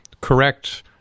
correct